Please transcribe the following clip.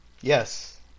Yes